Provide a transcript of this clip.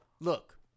Look